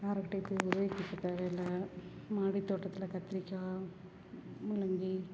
யார்கிட்டவும் போய் உதவி கேட்க தேவயில்லை மாடி தோட்டத்தில் கத்தரிக்கா முள்ளங்கி